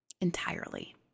entirely